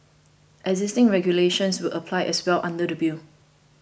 existing regulations will apply as well under the bill